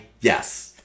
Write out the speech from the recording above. Yes